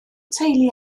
teulu